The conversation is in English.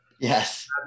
Yes